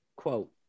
quote